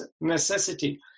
necessity